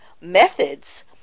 methods